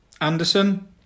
Anderson